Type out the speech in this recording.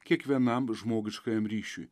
kiekvienam žmogiškajam ryšiui